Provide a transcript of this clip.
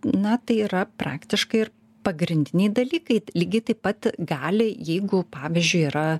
na tai yra praktiškai ir pagrindiniai dalykai lygiai taip pat gali jeigu pavyzdžiui yra